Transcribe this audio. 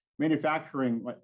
Manufacturing